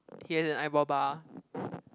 he has an eyebrow bar